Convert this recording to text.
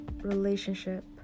relationship